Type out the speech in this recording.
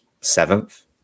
seventh